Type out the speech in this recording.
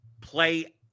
play